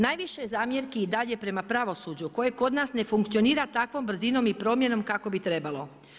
Najviše zamjerki i dalje prema pravosuđu koje kod nas ne funkcionira takvom brzinom i promjenom kako bi trebalo.